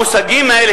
המושגים האלה,